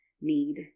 need